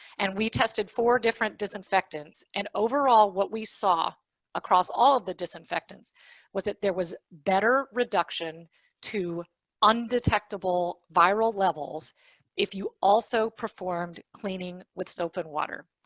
and we tested four different disinfectants. disinfectants. and overall, what we saw across all of the disinfectants was that there was better reduction to undetectable viral levels if you also performed cleaning with soap and water.